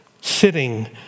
sitting